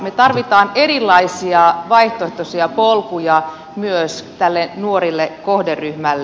me tarvitsemme erilaisia vaihtoehtoisia polkuja myös tälle nuorelle kohderyhmälle